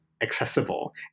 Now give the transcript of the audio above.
accessible